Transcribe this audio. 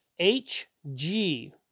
HG